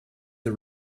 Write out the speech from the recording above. the